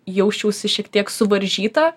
jausčiausi šiek tiek suvaržyta